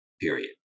period